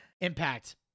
Impact